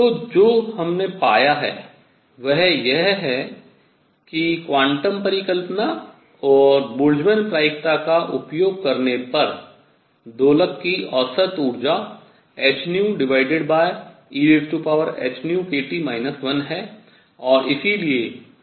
तो हमने जो पाया है वह यह है कि क्वांटम परिकल्पना और बोल्ट्जमैन प्रायिकता का उपयोग करने पर दोलक की औसत ऊर्जा hν ehνkT 1 है